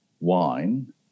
wine